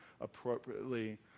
appropriately